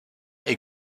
est